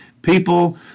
People